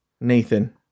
Nathan